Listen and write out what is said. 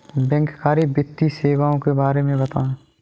बैंककारी वित्तीय सेवाओं के बारे में बताएँ?